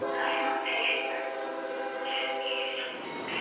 ହଁ ହଁ ସବୁ କାଠ